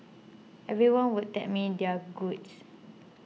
everyone would tell me their goods